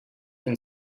been